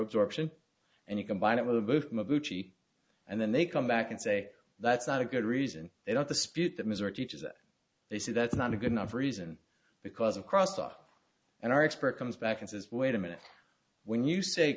absorption and you combine it with a vote and then they come back and say that's not a good reason they don't dispute that ms are teachers and they say that's not a good enough reason because of cross off and our expert comes back and says wait a minute when you say